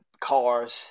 cars